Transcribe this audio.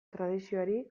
tradizioari